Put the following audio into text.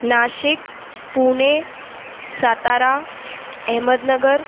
Nashik Pune Satara Ahmednagar